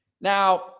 Now